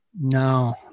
No